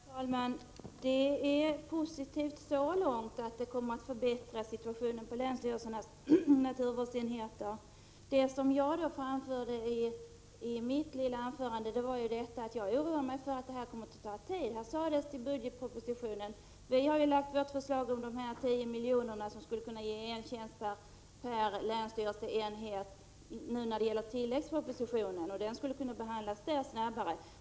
Herr talman! Detta är positivt så långt, ätt det kommer att förbättra situationen på länsstyrelsernas naturvårdsenheter. Det som jag framförde i mitt lilla anförande var emellertid att jag oroar mig för att det kommer att ta tid. Här hänvisades till budgetpropositionen. Vi har lagt vårt förslag om 10 milj.kr. som skulle kunna ge en tjänst per länsstyrelseenhet via tilläggspropositionen. Det skulle kunna behandlas snabbare den vägen.